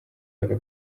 aga